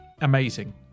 amazing